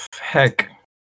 Heck